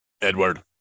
Edward